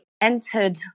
entered